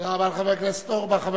תודה רבה לחבר הכנסת אורבך.